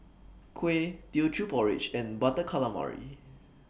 Kuih Teochew Porridge and Butter Calamari